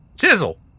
Chisel